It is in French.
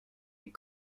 est